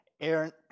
Aaron